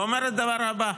ואומרת את הדבר הבא: